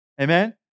amen